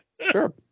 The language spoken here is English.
Sure